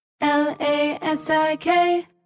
L-A-S-I-K